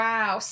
Wow